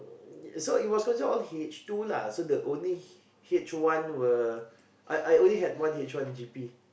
so it was considered all H two lah so the only H one were I only had one H one G_P